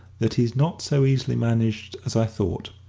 that he's not so easily managed as i thought.